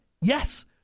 Yes